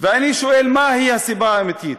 ואני שואל: מהי הסיבה האמיתית?